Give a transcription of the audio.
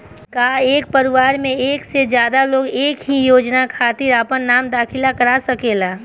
का एक परिवार में एक से ज्यादा लोग एक ही योजना के खातिर आपन नाम दाखिल करा सकेला?